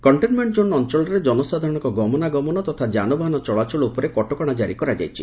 କକ୍ଛନମେକ୍ zone ଅଞ୍ଞଳରେ ଜନସାଧାରଣଙ୍କ ଗମନାଗମନ ତଥା ଯାନବାହନ ଚଳାଚଳ ଉପରେ କଟକଣା ଜାରି କରାଯାଇଛି